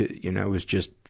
you know, it was just,